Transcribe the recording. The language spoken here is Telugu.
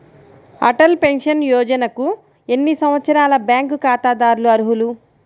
అటల్ పెన్షన్ యోజనకు ఎన్ని సంవత్సరాల బ్యాంక్ ఖాతాదారులు అర్హులు?